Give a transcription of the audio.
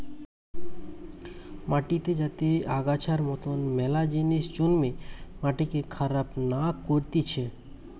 মাটিতে যাতে আগাছার মতন মেলা জিনিস জন্মে মাটিকে খারাপ না করতিছে